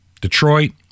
Detroit